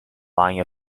line